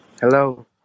hello